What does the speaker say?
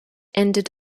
ended